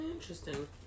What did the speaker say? interesting